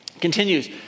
Continues